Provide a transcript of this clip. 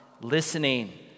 listening